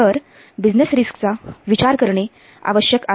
तर बिझनेस रिस्कचा विचार करणे आवश्यक आहे